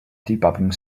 debugging